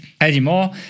anymore